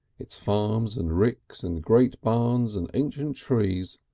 its farms and ricks and great barns and ancient trees,